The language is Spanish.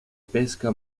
pesca